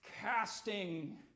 casting